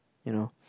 you know